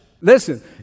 Listen